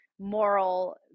moral